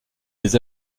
des